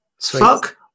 Fuck